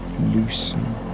loosen